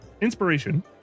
inspiration